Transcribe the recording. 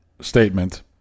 statement